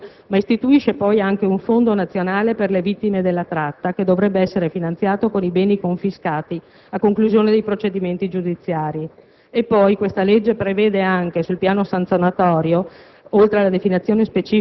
e assistenza sanitaria, ma istituisce pure un Fondo nazionale per le vittime della tratta che dovrebbe essere finanziato con i beni confiscati a conclusione di procedimenti giudiziari, e poi questa legge prevede, sul piano sanzionatorio,